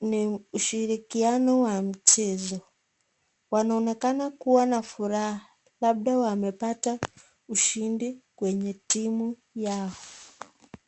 ni ushirikiano wa mchezo. Wanaonekana kuwa na furaha, labda wamepata ushindi kwenye timu yao.